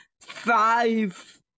five